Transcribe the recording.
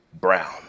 brown